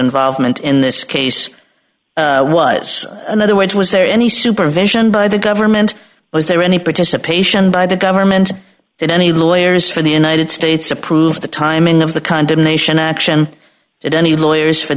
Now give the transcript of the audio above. involvement in this case was another word was there any supervision by the government was there any participation by the government that any lawyers from the united states approve the timing of the condemnation action that any lawyers for